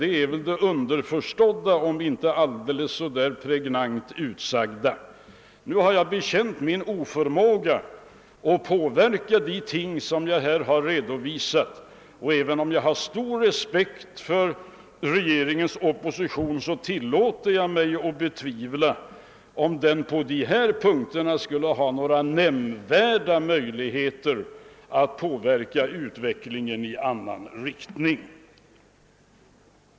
Det är ju det som underförstås i det inte alldeles pregnant utsagda. Nu har jag erkänt min oförmåga att påverka de ting som jag här har redovisat. även om jag har stor respekt för regeringens opposition, tillåter jag mig att betvivla, att den på dessa punkter skulle haft några nämnvärda möjligheter att påverka utvecklingen i annan riktning.